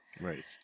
Right